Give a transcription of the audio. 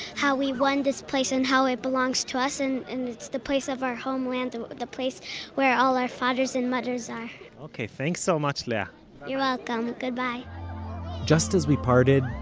how we won this place and how it belongs to us, and and it's the place of our homeland. the the place where all our fathers and mothers are ok, thanks so much leah you're welcome. goodbye just as we parted,